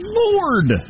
lord